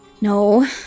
No